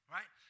Right